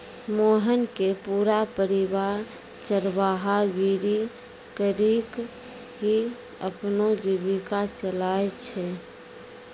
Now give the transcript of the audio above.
मोहन के पूरा परिवार चरवाहा गिरी करीकॅ ही अपनो जीविका चलाय छै